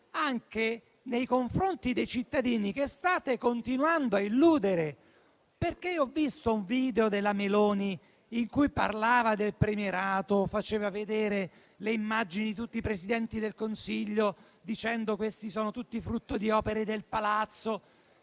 anche nei confronti dei cittadini che state continuando a illudere. Ho visto un video della Meloni in cui parlava del premierato e faceva vedere le immagini di tutti i Presidenti del Consiglio, dicendo che sono tutti frutto di opere del Palazzo.